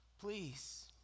please